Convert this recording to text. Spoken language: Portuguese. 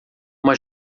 uma